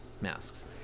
masks